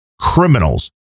criminals